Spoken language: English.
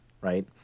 right